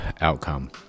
outcome